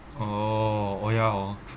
oh oh ya hor